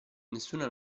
nessuna